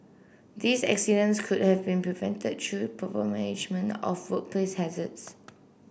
these accidents could have been prevented through proper management of workplace hazards